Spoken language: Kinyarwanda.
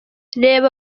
reba